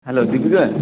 hello Deepika